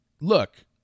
look